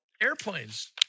airplanes